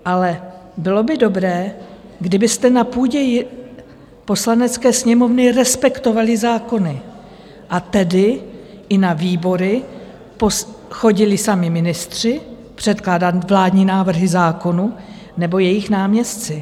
Ale bylo by dobré, kdybyste na půdě Poslanecké sněmovny respektovali zákony, a tedy i na výbory chodili sami ministři předkládat vládní návrhy zákonů, nebo jejich náměstci.